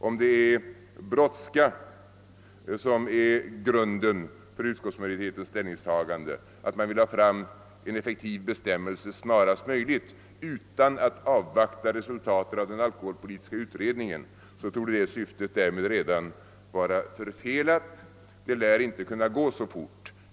Om det är brådska som är grunden för utskottsmajoritetens ställningstagande, att man vill ha fram en effektiv bestämmelse så snart som möjligt utan att avvakta resultatet av den alkoholpolitiska utredningen, torde det syftet därmed redan vara förfelat. Det lär inte kunna gå så fort.